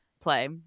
play